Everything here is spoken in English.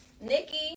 Nikki